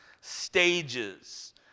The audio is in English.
stages